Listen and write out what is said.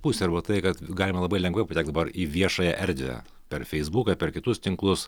pusė arba tai kad galima labai lengvai patekt dabar į viešąją erdvę per feisbuką per kitus tinklus